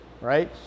Right